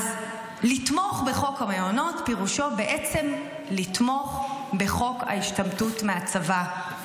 אז לתמוך בחוק המעונות פירושו בעצם לתמוך בחוק ההשתמטות מהצבא.